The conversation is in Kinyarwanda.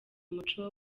umuco